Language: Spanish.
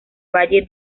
valle